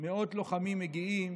מאות לוחמים מגיעים